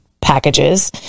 packages